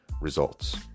results